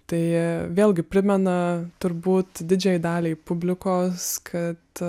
tai vėlgi primena turbūt didžiajai daliai publikos kad